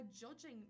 judging